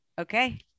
Okay